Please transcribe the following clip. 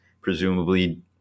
presumably